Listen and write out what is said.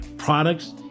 products